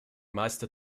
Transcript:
meiste